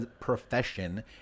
profession